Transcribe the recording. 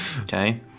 okay